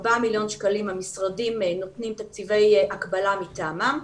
4 מיליון שקלים המשרדים נותנים תקציבי הקבלה מטעמם,